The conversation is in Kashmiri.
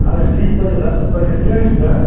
اَہَن حظ ٹھیٖک پٲٹھۍ حظ اَصٕل پٲٹھۍ حظ کیٛاہ حظ کَران